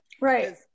Right